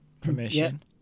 permission